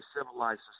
civilized